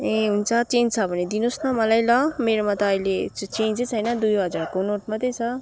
ए हुन्छ चेन्ज छ भने दिनुहोस् न मलाई ल मेरोमा त अहिले चेन्जै छैन दुई हजारको नोट मात्रै छ